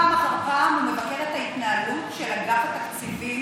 שפעם אחר פעם הוא מבקר את ההתנהלות של אגף התקציבים,